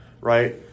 right